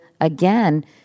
again